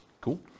Cool